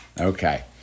Okay